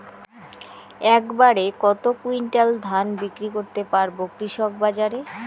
এক বাড়ে কত কুইন্টাল ধান বিক্রি করতে পারবো কৃষক বাজারে?